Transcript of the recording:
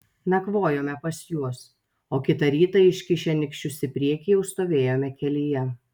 nakvojome pas juos o kitą rytą iškišę nykščius į priekį jau stovėjome kelyje